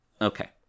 Okay